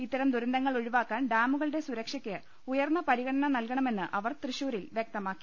ഇത്തരം ദുർന്തങ്ങൾ ഒഴിവാക്കാൻ ഡാമുകളുടെ സുരക്ഷയ്ക്ക് ഉയർന്ന പരിഗണന നൽകണമെന്ന് അവർ തൃശൂരിൽ വ്യക്തമാ ക്കി